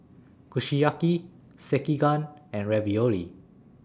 Kushiyaki Sekihan and Ravioli